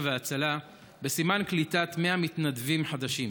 והצלה בסימן קליטת 100 מתנדבים חדשים.